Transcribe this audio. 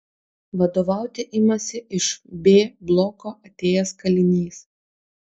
vadovauti imasi iš b bloko atėjęs kalinys